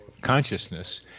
consciousness